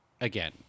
again